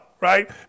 Right